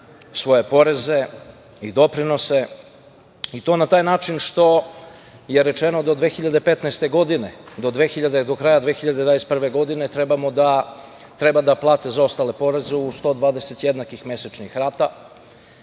svoje poreze i doprinose i to na taj način što je rečeno do 2015. godine, do kraja 2021. godine treba da plate zaostale poreze u 120 jednakih mesečnih rata,